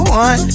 one